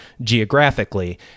geographically